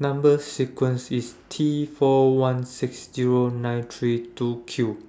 Number sequence IS T four one six Zero nine three two Q